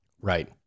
Right